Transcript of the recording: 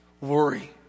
Worry